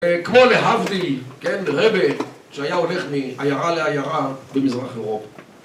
כמו להבדיל, כן, רבה שהיה הולך מעיירה לעיירה במזרח אירופה